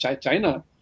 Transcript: China